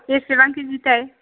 बेसेबां किजि थाय